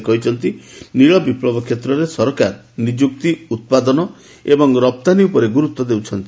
ସେ କହିଛନ୍ତି ନୀଳ ବିପ୍ଲବ କ୍ଷେତ୍ରରେ ସରକାର ନିଯୁକ୍ତି ଉତ୍ପାଦନ ଏବଂ ରପ୍ତାନୀ ଉପରେ ଗୁରୁତ୍ୱ ଦେଉଛନ୍ତି